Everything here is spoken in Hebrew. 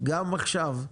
גם עכשיו,